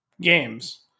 Games